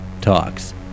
talks